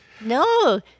No